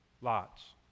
Lot's